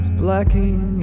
blacking